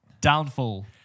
Downfall